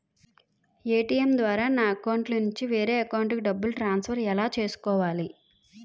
ATM ద్వారా నా అకౌంట్లోనుంచి వేరే అకౌంట్ కి డబ్బులు ట్రాన్సఫర్ ఎలా చేసుకోవాలి?